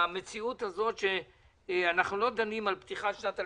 על פתיחת שנת הלימודים,